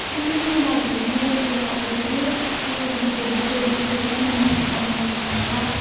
सुन्नुहोस् न दाजु मेरो एड्रेस त आइपुगेँ तपाईँकोमा त जिपे मात्रै रहेछ मेरोमा त पाँच सौको नोट छ